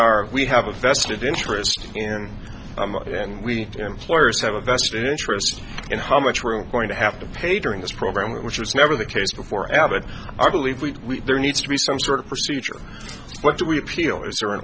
are we have a vested interest in it and we employers have a vested interest in how much we're going to have to pay during this program which was never the case before abbott i believe we there needs to be some sort of procedure what do we appeal is there an